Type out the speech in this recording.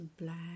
black